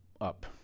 up